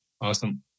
Awesome